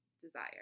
desire